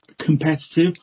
competitive